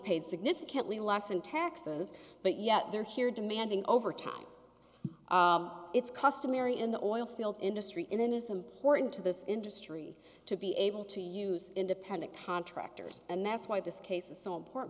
paid significantly less in taxes but yet they're here demanding overtime it's customary in the oil field industry in and is important to this industry to be able to use independent contractors and that's why this case is so important